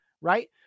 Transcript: Right